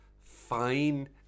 fine